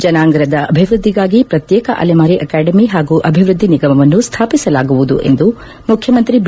ಜನಾಂಗದ ಅಭಿವೃದ್ದಿಗಾಗಿ ಪ್ರತ್ಯೇಕ ಅಲೆಮಾರಿ ಆಕಾಡೆಮಿ ಹಾಗೂ ಅಭಿವೃದ್ದಿ ನಿಗಮವನ್ನು ಸ್ಥಾಪಿಸಲಾಗುವುದು ಎಂದು ಮುಖ್ಯಮಂತ್ರಿ ಬಿ